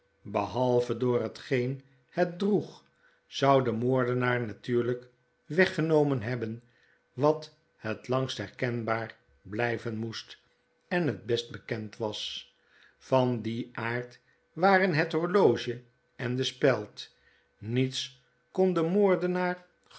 behalve door hetgeen het droeg zou de moordenaar natuurlyk weggenomen nebben wat het langst herkenbaar blyven moest en het best bekend was van dien aard waren het horloge en de speld niets kon den moordenaar